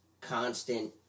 constant